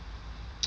ya